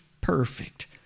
perfect